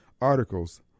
articles